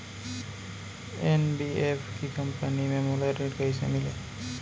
NBFC company ले मोला ऋण कइसे मिलही?